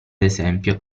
esempio